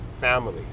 family